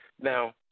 Now